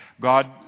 God